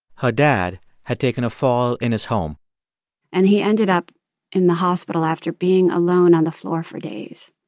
her dad had taken a fall in his home and he ended up in the hospital after being alone on the floor for days.